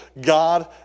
God